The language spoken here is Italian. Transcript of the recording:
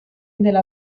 della